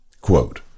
Quote